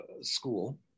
school